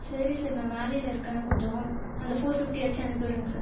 சரி சார் நான் வேலையில் இருக்கேன் கொஞ்சம் அந்த ஃபோர் ஃபிப்ட்டியாச்சும் அனுப்பி விடுங்க சார்